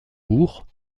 bourg